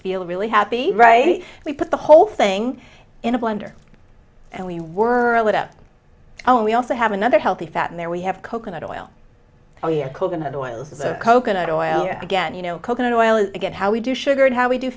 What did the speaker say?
feel really happy right we put the whole thing in a blender and we work own we also have another healthy fat in there we have coconut oil oh your coconut oil is a coconut oil again you know coconut oil is good how we do sugar and how we do